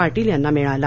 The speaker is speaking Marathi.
पाटील यांना मिळाला